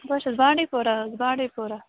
بہٕ حظ چھَس بانٛڈی پورہ حظ بانٛڈی پورہ